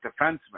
defenseman